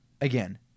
again